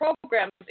programs